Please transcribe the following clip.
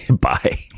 Bye